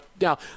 now